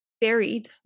buried